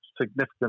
significant